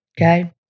Okay